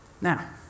Now